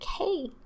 okay